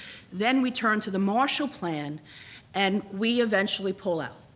then we turned to the marshall plan and we eventually pull out.